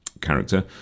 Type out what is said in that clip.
character